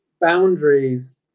boundaries